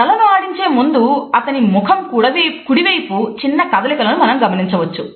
తలను ఆడించే ముందు అతని ముఖం కుడివైపు చిన్న కదలికను మనం గమనించవచ్చు